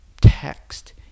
text